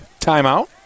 timeout